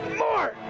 more